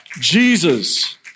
Jesus